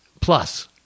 plus